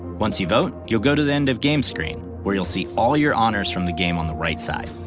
once you vote, you'll go to the end of game screen where you'll see all your honors from the game on the right side.